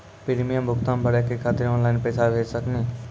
Premium भुगतान भरे के खातिर ऑनलाइन पैसा भेज सकनी?